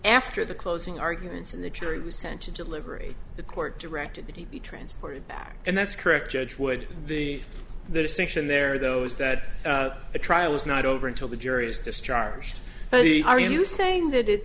after the closing arguments and the jury was sent to delivery the court directed that he be transported back and that's correct judge would be the distinction there though is that the trial is not over until the jury is discharged are you saying that it